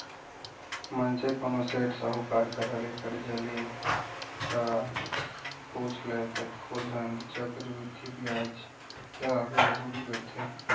मनसे कोनो सेठ साहूकार करा ले करजा ले ता पुछ लय कतको झन चक्रबृद्धि बियाज लगा के वसूली करथे